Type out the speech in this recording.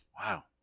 Wow